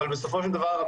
אבל בסופו של דבר,